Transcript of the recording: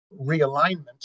realignment